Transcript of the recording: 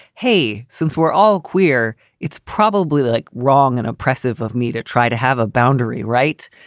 hey, since we're all queer, it's probably like wrong and oppressive of me to try to have a boundary, right?